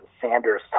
Sanders